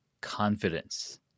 confidence